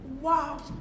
Wow